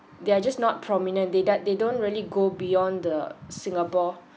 they are just not prominent they da~ they don't really go beyond the singapore